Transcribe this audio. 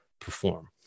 perform